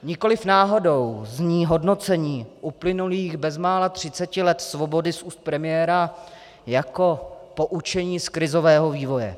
Nikoliv náhodou zní hodnocení uplynulých bezmála třiceti let svobody z úst premiéra jako poučení z krizového vývoje.